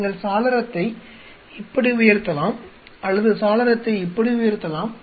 நீங்கள் சாளரத்தை இப்படி உயர்த்தலாம் அல்லது சாளரத்தை இப்படி உயர்த்தலாம்